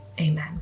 amen